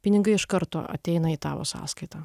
pinigai iš karto ateina į tavo sąskaitą